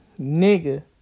nigga